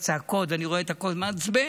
הצעקות ואני רואה את הכול וזה מעצבן,